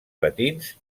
patins